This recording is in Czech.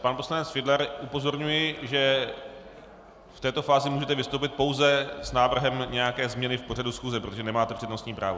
Pan poslanec Fiedler upozorňuji, že v této fázi můžete vystoupit pouze s návrhem nějaké změny v pořadu schůze, protože nemáte přednostní právo.